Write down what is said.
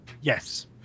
Yes